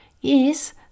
Yes